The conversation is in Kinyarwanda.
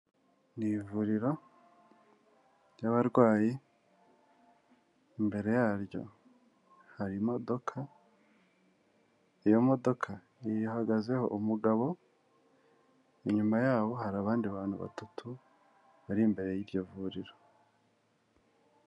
Ni ivuriro ry'abarwayi, imbere yaryo hari imodoka, iyo modoka ihagazeho umugabo, inyuma yabo hari abandi bantu batatu bari imbere y'iryo vuriro.